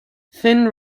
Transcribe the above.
thin